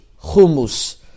hummus